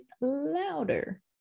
louder